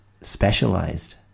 specialized